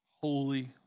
holy